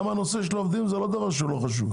הנושא של העובדים הוא לא דבר שהוא לא חשוב.